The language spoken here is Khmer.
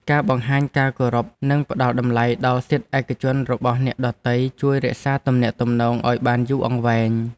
ការបង្ហាញការគោរពនិងផ្តល់តម្លៃដល់សិទ្ធិឯកជនរបស់អ្នកដទៃជួយរក្សាទំនាក់ទំនងឱ្យបានយូរអង្វែង។